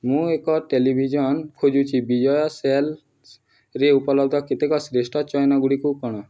ମୁଁ ଏକ ଟେଲିଭିଜନ୍ ଖୋଜୁଛି ବିଜୟ ସେଲ୍ସରେ ଉପଲବ୍ଧ କେତେକ ଶ୍ରେଷ୍ଠ ଚୟନ ଗୁଡ଼ିକୁ କ'ଣ